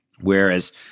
whereas